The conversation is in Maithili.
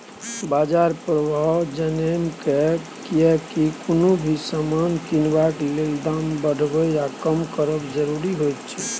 बाजार प्रभाव जनैम सकेए कियेकी कुनु भी समान किनबाक लेल दाम बढ़बे या कम करब जरूरी होइत छै